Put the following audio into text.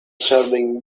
serving